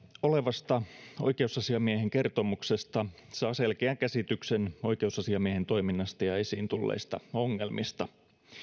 olevasta oikeusasiamiehen kertomuksesta saa selkeän käsityksen oikeusasiamiehen toiminnasta ja esiin tulleista ongelmista